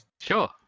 Sure